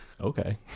Okay